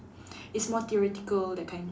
is more theoretical that kind